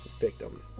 victim